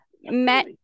met